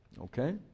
Okay